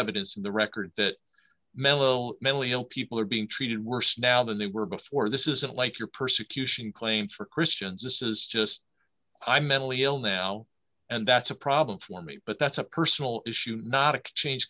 evidence in the record that mellow mentally ill people are being treated worse now than they were before this isn't like your persecution claims for christians this is just i'm mentally ill now and that's a problem for me but that's a personal issue not exchange